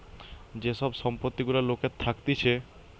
যে সব সম্পত্তি গুলা লোকের থাকতিছে